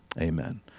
amen